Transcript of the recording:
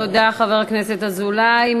תודה, חבר הכנסת אזולאי.